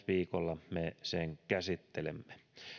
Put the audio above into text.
viikolla me sen käsittelemme